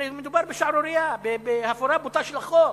הרי מדובר בשערורייה, בהפרה בוטה של החוק.